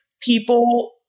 People-